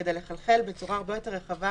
כדי לחלחל בצורה הרבה יותר רחבה